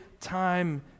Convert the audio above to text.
time